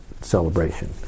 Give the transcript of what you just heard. celebration